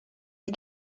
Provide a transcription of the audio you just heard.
the